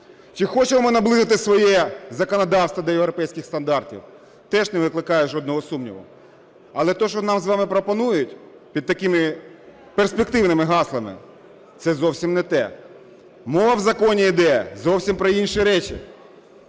Чи хочемо ми наблизити своє законодавство до європейських стандартів? Теж не викликає жодного сумніву. Але те, що нам з вами пропонують під такими перспективними гаслами, це зовсім не те. Мова в законі іде зовсім про інші речі.